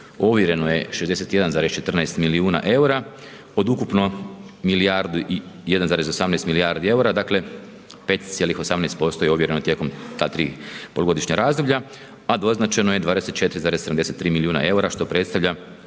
Ovjereno je 61,14 milijuna eura od ukupno milijardu i 1,18 milijardi eura, dakle, 5,18% je ovjereno tijekom ta tri polugodišnja razdoblja, a doznačeno je 24,3 milijuna eura, što predstavlja